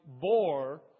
bore